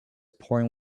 pouring